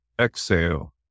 exhale